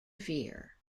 fear